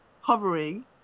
hovering